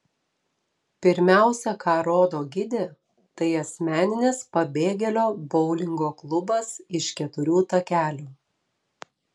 pirmiausia ką rodo gidė tai asmeninis pabėgėlio boulingo klubas iš keturių takelių